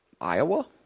Iowa